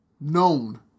known